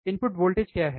input voltage क्या है